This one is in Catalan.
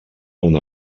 una